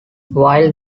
while